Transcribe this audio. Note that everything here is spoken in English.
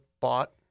bought